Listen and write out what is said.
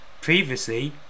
previously